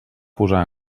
posar